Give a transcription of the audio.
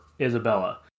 Isabella